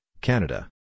Canada